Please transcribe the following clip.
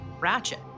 ratchet